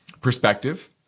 perspective